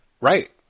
right